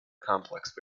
complex